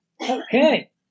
Okay